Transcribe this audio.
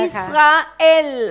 Israel